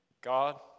God